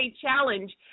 challenge